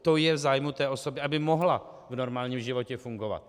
To je v zájmu té osoby, aby mohla v normálním životě fungovat.